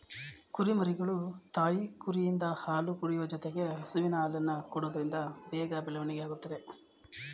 ಕುರಿಮರಿಗಳು ತಾಯಿ ಕುರಿಯಿಂದ ಹಾಲು ಕುಡಿಯುವ ಜೊತೆಗೆ ಹಸುವಿನ ಹಾಲನ್ನು ಕೊಡೋದ್ರಿಂದ ಬೇಗ ಬೆಳವಣಿಗೆ ಆಗುತ್ತದೆ